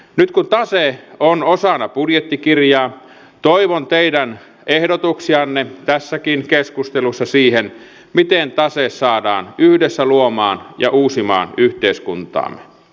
nyt kun tase on osana budjettikirjaa toivon teidän ehdotuksianne tässäkin keskustelussa siitä miten tase saadaan yhdessä luomaan ja uusimaan yhteiskuntaamme